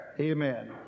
amen